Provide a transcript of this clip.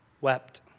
wept